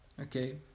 okay